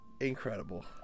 Incredible